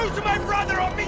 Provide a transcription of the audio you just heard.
to my brother! i'll